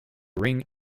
ring